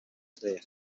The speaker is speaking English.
steer